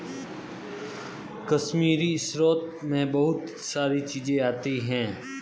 कश्मीरी स्रोत मैं बहुत सारी चीजें आती है